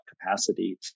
capacity